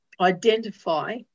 identify